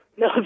No